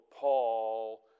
Paul